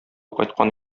кайткан